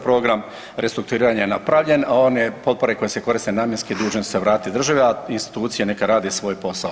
Program restrukturiranja je napravljen, a one potpore koje se koriste namjenski dužne su se vratiti državi, a institucije neka rade svoj posao.